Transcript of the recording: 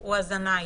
הוא הזנאי,